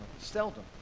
Seldom